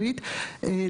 בבית הספר,